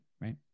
right